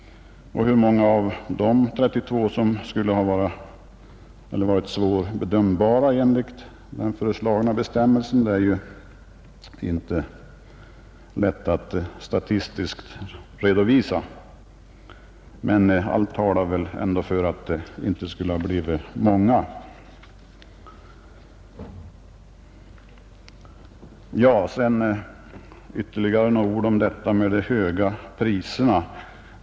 Hur många av de 32 fallen som skulle ha varit svårbedömda enligt den föreslagna bestämmelsen är det inte lätt att statistiskt redovisa, men allt talar väl ändå för att det inte skulle ha blivit många. Sedan vill jag säga ytterligare några ord om de höga priserna.